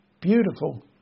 Beautiful